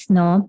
no